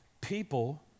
People